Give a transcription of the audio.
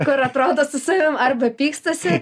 kur atrodo su savimi arba pykstasi